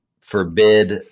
forbid